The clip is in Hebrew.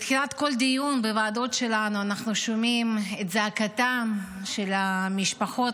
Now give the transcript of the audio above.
בתחילת כל דיון בוועדות שלנו אנחנו שומעים את זעקתן של המשפחות,